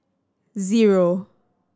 zero